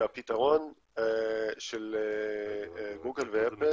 שהפתרון של גוגל ואפל